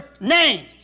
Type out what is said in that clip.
name